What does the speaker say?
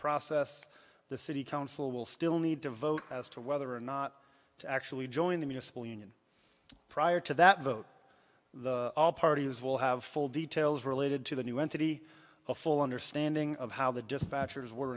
process the city council will still need to vote as to whether or not to actually join the municipal union prior to that vote the all parties will have full details related to the new entity a full understanding of how the dispatchers were